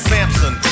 Samson